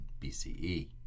BCE